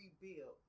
rebuild